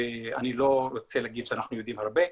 ואני לא רוצה להגיד שאנחנו יודעים הרבה,